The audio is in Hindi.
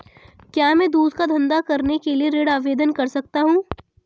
क्या मैं दूध का धंधा करने के लिए ऋण आवेदन कर सकता हूँ?